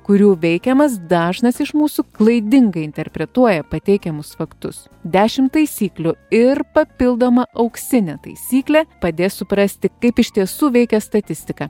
kurių veikiamas dažnas iš mūsų klaidingai interpretuoja pateikiamus faktus dešim taisyklių ir papildoma auksinė taisyklė padės suprasti kaip iš tiesų veikia statistika